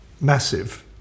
massive